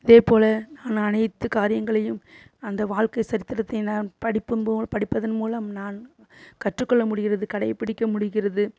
இதேபோல நான் அனைத்து காரியங்களையும் அந்த வாழ்க்கை சரித்திரத்தை நாம் படிப்பம்போல் படிப்பதன் மூலம் நான் கற்றுக் கொள்ள முடிகிறது கடைப்பிடிக்க முடிகிறது